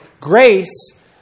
grace